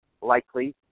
likely